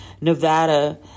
Nevada